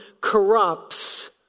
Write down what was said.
corrupts